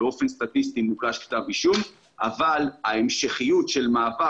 באופן סטטיסטי מוגש כתב אישום אבל ההמשכיות של מעבר